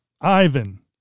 Ivan